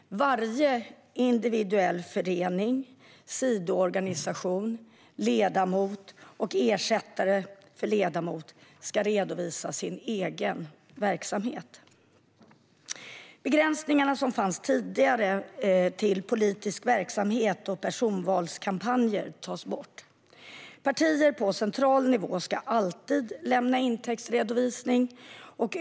Varje ideell förening, sidoorganisation, ledamot och ersättare för ledamot ska redovisa sin egen verksamhet. Begränsningarna som tidigare fanns till politisk verksamhet och personvalskampanjer tas bort. Partier på central nivå ska alltid lämna en intäktsredovisning.